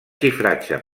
xifratge